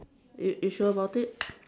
you you sure about it